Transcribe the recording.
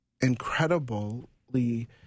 incredibly